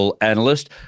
analyst